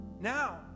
Now